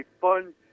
fun